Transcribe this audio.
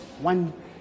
one